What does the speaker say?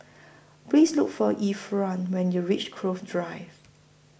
Please Look For Ephraim when YOU REACH Cove Drive